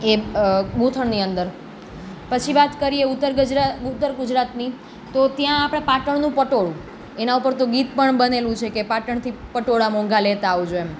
એ ગૂંથણની અંદર પછી વાત કરીએ ઉત્તર ગરિઆ ઉત્તર ગુજરાતની તો ત્યાં આપળા પાટણનું પટોળું એના ઉપર તો ગીત પણ બનેલું છે કે પાટણથી પટોળાં મોંઘા લેતા આવજો એમ